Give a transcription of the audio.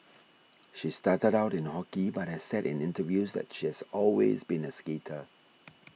she started out in hockey but has said in interviews that she has always been a skater